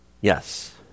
yes